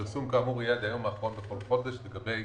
פרסום כאמור יהיה עד היום האחרון בכל חודש, לגבי